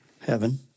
heaven